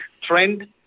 trend